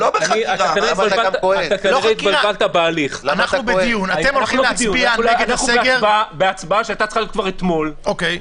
עלו אתמול שאלות יסוד לגבי ההצדקה לסגר הרוחבי הזה.